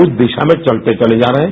उस दिशा में चलते चले जा रहे हैं